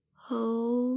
Hold